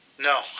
No